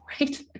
right